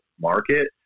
market